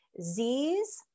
Z's